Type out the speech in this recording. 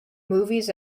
movies